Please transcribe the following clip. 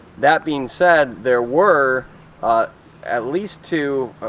that being said, there were at least two